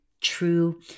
true